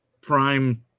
Prime